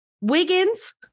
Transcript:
Wiggins